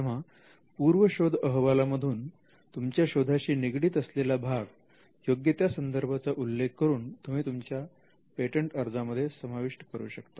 तेव्हा पूर्व शोध अहवालांमधून तुमच्या शोधाशी निगडीत असलेला भाग योग्य त्या संदर्भांचा उल्लेख करून तुम्ही तुमच्या पेटंट अर्जामध्ये समाविष्ट करू शकता